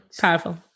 Powerful